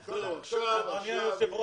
מקבל מהצופים, נו, מה אני אעשה?